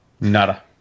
Nada